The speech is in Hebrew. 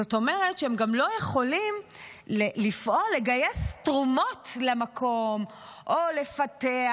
זאת אומרת שהם גם לא יכולים לפעול לגייס תרומות למקום או לפתח,